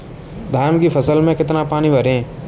धान की फसल में कितना पानी भरें?